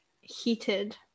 heated